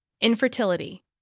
Infertility